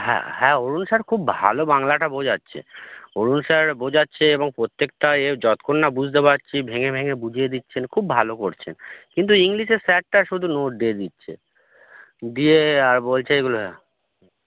হ্যাঁ হ্যাঁ অরুণ স্যার খুব ভালো বাংলাটা বোঝাচ্ছে অরুণ স্যার বোঝাচ্ছে এবং প্রত্যেকটা এ যতখন না বুঝতে পারছি ভেঙে ভেঙে বুঝিয়ে দিচ্ছেন খুব ভালো করছেন কিন্তু ইংলিশের স্যারটা শুধু নোট দিয়ে দিচ্ছে দিয়ে আর বলছে এগুলো হুম